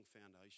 foundation